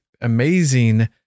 amazing